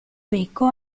becco